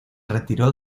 retiró